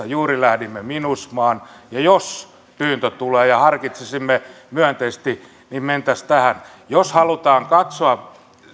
juuri lähdimme minusmaan ja jos pyyntö tulee ja harkitsisimme myönteisesti niin mentäisiin tähän jos halutaan katsoa